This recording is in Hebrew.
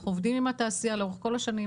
אנחנו עובדים עם התעשייה לאורך כל השנים,